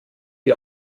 die